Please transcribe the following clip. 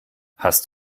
hast